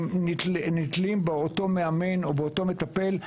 הם נתלים באותו מאמן או מטפל.